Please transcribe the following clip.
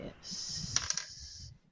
Yes